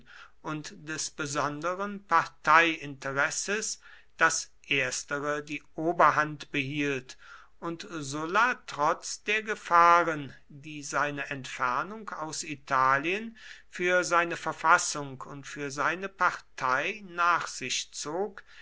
und des besonderen parteiinteresses das erstere die oberhand behielt und sulla trotz der gefahren die seine entfernung aus italien für seine verfassung und für seine partei nach sich zog